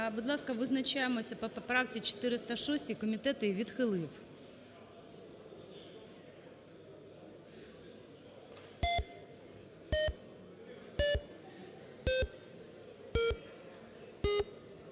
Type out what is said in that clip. Будь ласка, визначаємося по поправці 402. Комітет її відхилив.